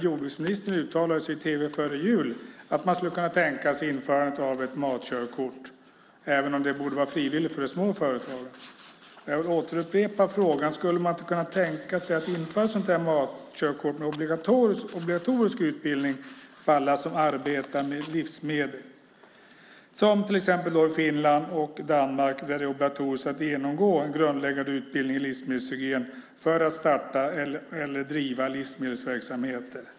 Jordbruksministern uttalade sig i tv före jul om att man skulle kunna tänka sig att införa ett matkörkort, även om det borde vara frivilligt för de små företagen. Jag vill upprepa frågan: Skulle man inte kunna tänka sig att införa ett sådant matkörkort med obligatorisk utbildning för alla som arbetar med livsmedel? Det har man till exempel i Finland och Danmark, där det är obligatoriskt att genomgå en grundläggande utbildning i livsmedelshygien för att starta eller driva livsmedelsverksamheter.